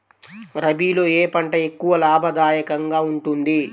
రబీలో ఏ పంట ఎక్కువ లాభదాయకంగా ఉంటుంది?